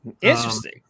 Interesting